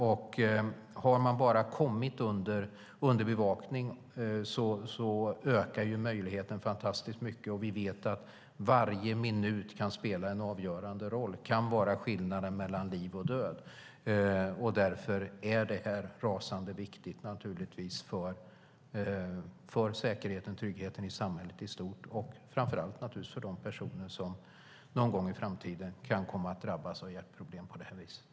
Om man bara har kommit under bevakning ökar möjligheten fantastiskt mycket, och vi vet att varje minut kan spela en avgörande roll. Det kan vara skillnaden mellan liv och död. Därför är detta rasande viktigt för säkerheten och tryggheten i samhället i stort, naturligtvis framför allt för de personer som någon gång i framtiden kan komma att drabbas av hjärtproblem på det här viset.